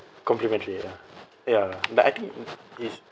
complementary ya ya but I think is